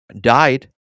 died